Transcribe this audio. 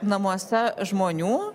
namuose žmonių